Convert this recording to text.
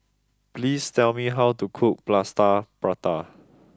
please tell me how to cook Plaster Prata